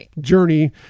journey